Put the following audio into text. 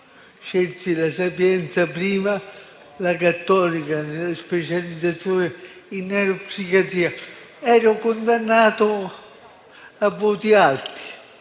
Scelsi «La Sapienza» prima e la «Cattolica» per la specializzazione in neuropsichiatria. Ero condannato a voti alti,